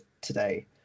today